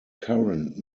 current